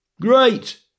Great